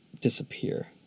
disappear